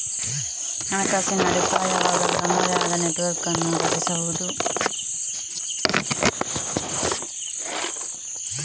ಹಣಕಾಸಿನ ಅಡಿಪಾಯವಾಗಲು ತಮ್ಮದೇ ಆದ ನೆಟ್ವರ್ಕ್ ಅನ್ನು ರಚಿಸಬಹುದು